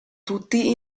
tutti